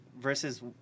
versus